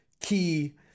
key